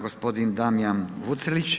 Gospodin Damjan Vucelić.